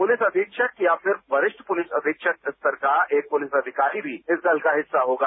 police अधीक्षक या फिर वरिष्ठ पुलिस अधीक्षक स्तर का एक पुलिस अधिकारी भी इस दल का हिस्सा होगा